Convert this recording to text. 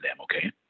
okay